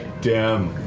damn,